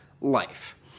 life